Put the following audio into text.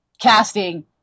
casting